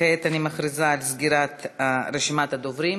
וכעת אני מכריזה על סגירת רשימת הדוברים.